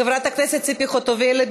חברת הכנסת ציפי חוטובלי.